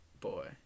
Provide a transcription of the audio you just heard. boy